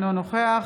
אינו נוכח